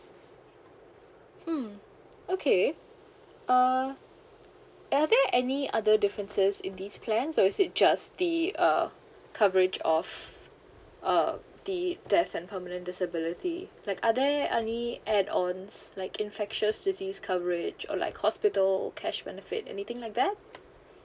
mm okay uh and are there any other differences in this plan so is it just the uh coverage of uh the death and permanent disability like are there any add ons like infectious disease coverage or like hospital cash benefit anything like that